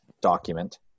document